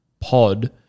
pod